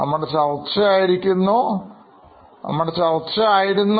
നമ്മുടെ ചർച്ചആയിരുന്നു